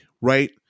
right